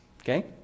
Okay